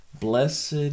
blessed